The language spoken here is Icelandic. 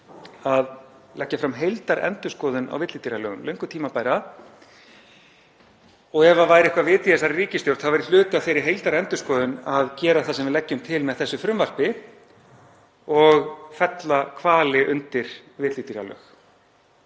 að leggja fram heildarendurskoðun á villidýralögunum, löngu tímabæra. Ef það væri eitthvert vit í þessari ríkisstjórn þá væri hluti af þeirri heildarendurskoðun að gera það sem við leggjum til með þessu frumvarpi og fella hvali undir villidýralög.